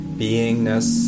beingness